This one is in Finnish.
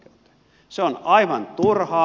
se on aivan turhaa